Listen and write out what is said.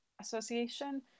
Association